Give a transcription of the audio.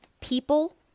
people